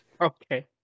okay